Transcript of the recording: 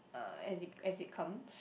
uh as it as it comes